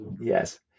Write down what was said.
Yes